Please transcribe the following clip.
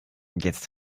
jetzt